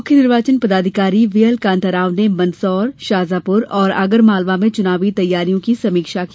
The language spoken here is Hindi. मुख्य निर्वाचन पदाधिकारी कांताराव ने मंदसौर शाजापुर और आगरमालवा में चुनावी तैयारियों की समीक्षा की